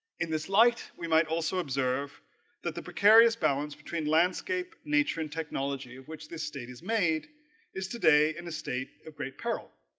in this light we might also observe that the precarious balance between landscape nature and technology in which this state is made is today in a state of great peril